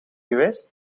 geweest